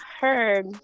heard